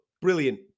Brilliant